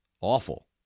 awful